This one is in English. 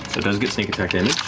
it does get sneak attack and